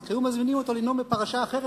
אז כשהיו מזמינים אותו לנאום בפרשה אחרת,